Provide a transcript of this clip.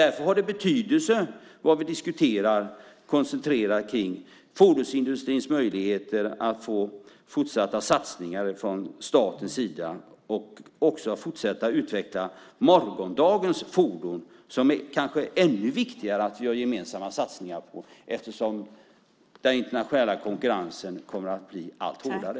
Därför har det betydelse vad vi diskuterar och koncentrerar oss på i fråga om fordonsindustrins möjligheter att få fortsatta satsningar från statens sida för att den också ska kunna fortsätta utveckla morgondagens fordon, där det kanske är ännu viktigare att vi gör gemensamma satsningar eftersom den internationella konkurrensen kommer att bli allt hårdare.